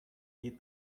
eat